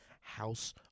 House